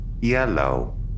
yellow